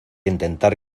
intentar